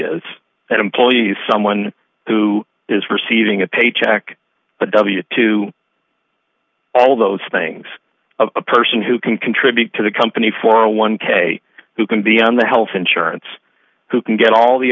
is that employees someone who is receiving a paycheck but w two all those things a person who can contribute to the company for one k who can be on the health insurance who can get all the